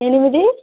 ఎనిమిది